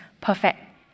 perfect